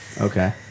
Okay